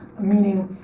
meaning,